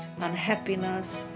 unhappiness